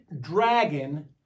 dragon